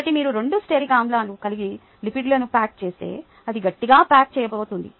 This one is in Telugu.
కాబట్టి మీరు రెండు స్టెరిక్ ఆమ్లాలు కలిగిన లిపిడ్లను ప్యాక్ చేస్తే అది గట్టిగా ప్యాక్ చేయబోతోంది